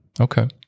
Okay